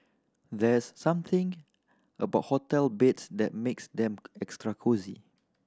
there's something about hotel beds that makes them extra cosy